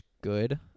good